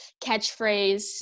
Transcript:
catchphrase